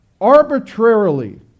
arbitrarily